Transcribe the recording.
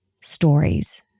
stories